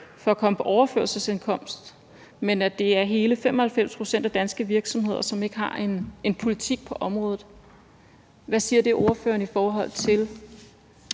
for at komme på overførselsindkomst, men at hele 85 pct. af danske virksomheder ikke har en politik på området. Hvad siger det ordføreren i forhold til